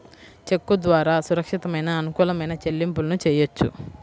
చెక్కు ద్వారా సురక్షితమైన, అనుకూలమైన చెల్లింపులను చెయ్యొచ్చు